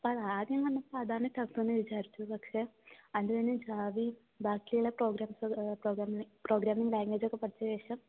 അപ്പം അത് ആദ്യം വന്നപ്പോൾ അതാണ് ടഫെന്ന് വിചാരിച്ചു പക്ഷേ അതുകഴിഞ്ഞു ജാവയും ബാക്കിയുള്ള പ്രോഗ്രാംസും പ്രോഗ്രാമിംഗ് ലാൻഗ്വേജൊക്കെ പഠിച്ച ശേഷം